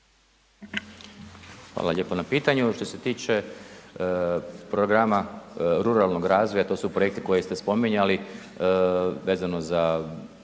Hvala lijepa na pitanju. Što se tiče programa ruralnog razvoja, to su projekti koje ste spominjali vezano za